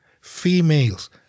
Females